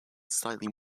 slightly